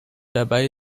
dabei